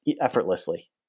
effortlessly